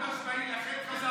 חד-משמעית.